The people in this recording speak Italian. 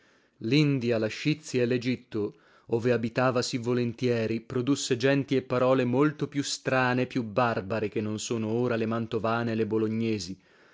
la scitia e legitto ove abitava sì volentieri produsse genti e parole molto più strane e più barbare che non sono ora le mantovane e le bolognesi